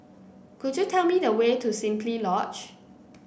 could you tell me the way to Simply Lodge